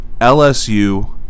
LSU